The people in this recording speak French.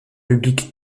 public